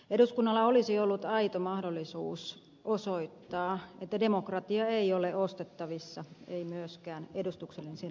eduskunnalla olisi ollut aito mahdollisuus osoittaa että demokratia ei ole ostettavissa eivät myöskään edustuksellisen demokratian paikat